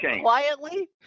Quietly